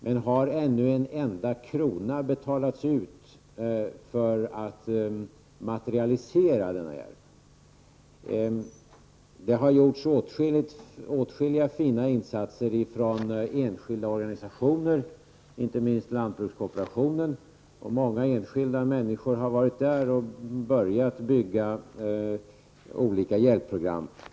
Men har en enda krona ännu betalats ut för att materialisera denna hjälp? Det har gjorts åtskilliga fina insatser av enskilda organisationer, inte minst av lantbrukooperationen, och många enskilda människor har varit där och börjat skapa olika hjälpprogram.